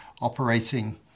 operating